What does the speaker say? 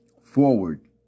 Forward